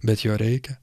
bet jo reikia